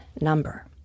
number